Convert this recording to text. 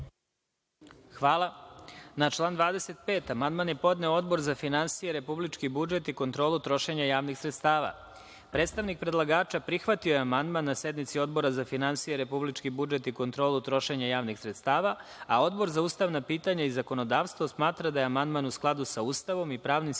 Hvala. Na član 25. amandman je podneo Odbor za finansije, republički budžet i kontrolu trošenja javnih sredstava. Predstavnik predlagača prihvatio je amandman na sednici Odbora za finansije, republički budžet i kontrolu trošenja javnih sredstava. Odbor za ustavna pitanja i zakonodavstvo smatra da je amandman u skladu sa Ustavom i pravnim sistemom